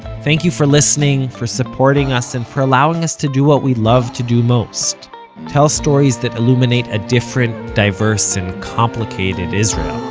thank you for listening, for supporting us, and for allowing us to do what we love to do most tell stories that illuminate a different, diverse, and complicated israel